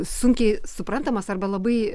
sunkiai suprantamas arba labai